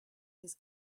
his